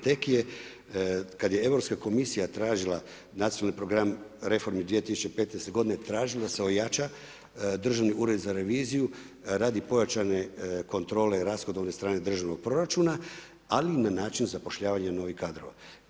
Tek je, kada je Europska komisija tražila nacionalni program reformi 2015. g. tražila je da se ojača Državni ured za reviziju, radi pojačanje kontrole rashodovne strane državnog proračuna, ali na način zapošljavanja novih kadrova.